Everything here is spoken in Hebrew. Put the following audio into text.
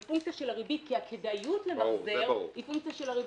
הם פונקציה של הריבית כי הכדאיות למחזר היא פונקציה של הריבית.